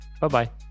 bye-bye